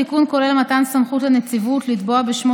התיקון כולל מתן סמכות לנציבות לתבוע בשמו